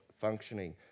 functioning